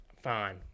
Fine